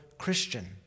Christian